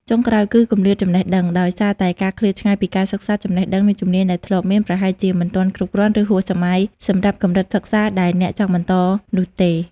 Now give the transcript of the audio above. ចុងក្រោយ គឺ គម្លាតចំណេះដឹង ដោយសារតែការឃ្លាតឆ្ងាយពីការសិក្សា ចំណេះដឹង និងជំនាញដែលធ្លាប់មាន ប្រហែលជាមិនទាន់គ្រប់គ្រាន់ ឬហួសសម័យសម្រាប់កម្រិតសិក្សាដែលអ្នកចង់បន្តនោះទេ។